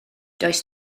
does